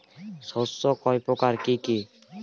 শস্য কয় প্রকার কি কি?